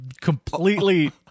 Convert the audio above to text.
completely